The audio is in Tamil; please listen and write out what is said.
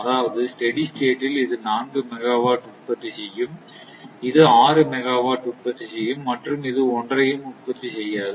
அதாவது ஸ்டெடி ஸ்டேட் ல் இது 4 மெகா வாட் உற்பத்தி செய்யும் இது 6 மெகா வாட் உற்பத்தி செய்யும் மற்றும் இது ஒன்றையும் உற்பத்தி செய்யாது